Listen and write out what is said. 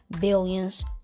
billions